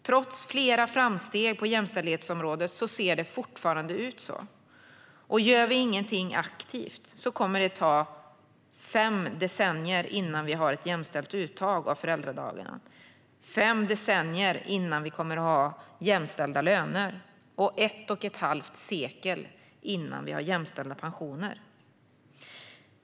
Trots flera framsteg på jämställdhetsområdet ser det fortfarande ut så. Gör vi inget aktivt kommer det att ta fem decennier innan vi har ett jämställt uttag av föräldradagarna, fem decennier innan vi har jämställda löner och ett och ett halvt sekel innan vi har jämställda pensioner.